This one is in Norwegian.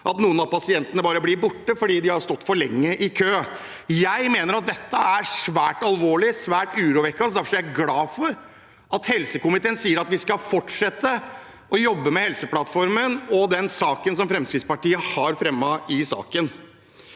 at noen av pasientene bare blir borte fordi de har stått for lenge i kø. Jeg mener at dette er svært alvorlig, svært urovekkende. Derfor er jeg glad for at helsekomiteen sier at vi skal fortsette å jobbe med Helseplattformen og det som Fremskrittspartiet har fremmet i saken.